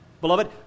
Beloved